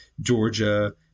Georgia